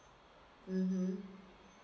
mmhmm